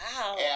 Wow